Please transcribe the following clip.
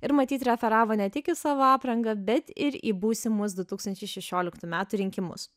ir matyt referavo ne tik į savo aprangą bet ir į būsimus du tūkstančiai šešioliktų metų rinkimus